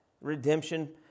redemption